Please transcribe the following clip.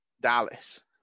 Dallas